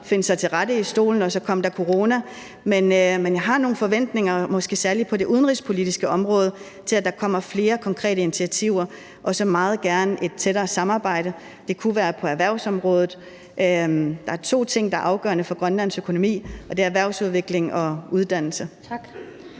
finde sig til rette i stolen, og så kom der corona. Men jeg har nogle forventninger, måske særlig på det udenrigspolitiske område, til, at der kommer flere konkrete initiativer, og så meget gerne et tættere samarbejde. Det kunne være på erhvervsområdet. Der er to ting, der er afgørende for Grønlands økonomi, og det er erhvervsudvikling og uddannelse. Kl.